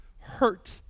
hurt